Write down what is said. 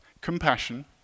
Compassion